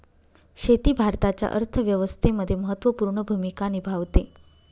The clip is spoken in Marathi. शेती भारताच्या अर्थव्यवस्थेमध्ये महत्त्वपूर्ण भूमिका निभावते